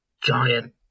giant